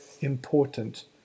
important